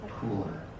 cooler